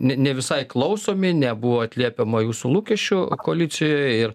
ne ne visai klausomi nebuvo atliepiama jūsų lūkesčių koalicijoje ir